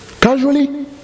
Casually